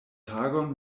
tagon